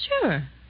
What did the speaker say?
Sure